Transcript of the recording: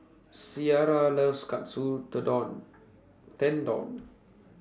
Ciara loves Katsu Tendon